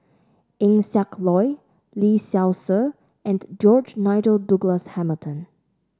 Eng Siak Loy Lee Seow Ser and George Nigel Douglas Hamilton